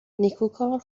نیکوکار